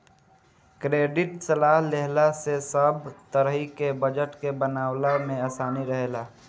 credit सलाह लेहला से सब तरही के बजट के बनवला में आसानी रहेला